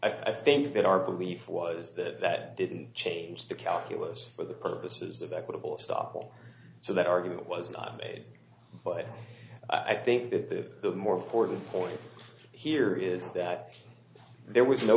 i think that our belief was that that didn't change the calculus for the purposes of equitable stoppel so that argument was not made but i think that the more important point here is that there was no